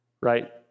right